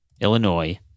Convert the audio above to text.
Illinois